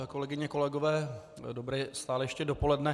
Kolegyně, kolegové dobré, stále ještě, dopoledne.